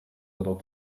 little